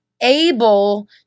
able